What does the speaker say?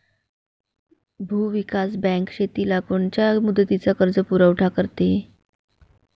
भूविकास बँक शेतीला कोनच्या मुदतीचा कर्जपुरवठा करते?